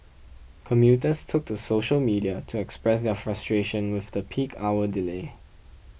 commuters took to social media to express their frustration with the peak hour delay